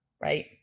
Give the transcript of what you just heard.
right